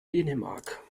dänemark